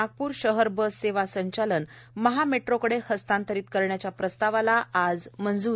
नागपुर शहर बस सेवा संचालन महामेट्रोकडे हस्तांतरित करण्याच्या प्रस्तावाला आज मंजूरी